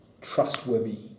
trustworthy